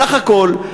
בסך הכול,